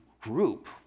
group